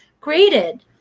created